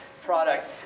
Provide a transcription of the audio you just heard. product